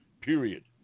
period